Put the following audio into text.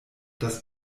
das